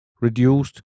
reduced